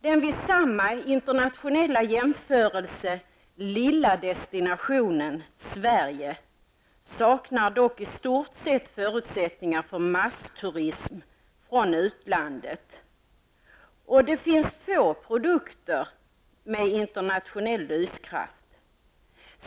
Den vid samma internationella jämförelse lilla destinationen, Sverige, saknar dock i stort sett förutsättningar för massturism från utlandet, och det finns få produkter med internationell lyskraft.